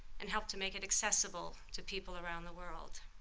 and how to make it accessible to people around the world.